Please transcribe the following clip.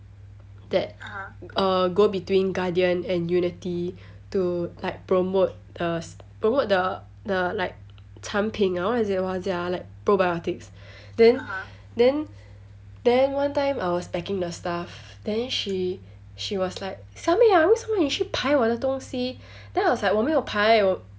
that uh go between Guardian and Unity to like promote the s~ promote the the like 产品 ah what is it what is it ah like probiotics then then then one time I was packing the stuff then she she was like 小妹啊为什么你去排我的东西 then I was like 我没有排